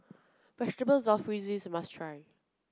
Vegetable Jalfrezi is a must try